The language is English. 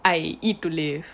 I eat to live